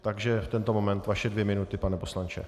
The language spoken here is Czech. Takže v tento moment vaše dvě minuty, pane poslanče.